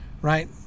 right